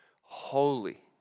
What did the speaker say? Holy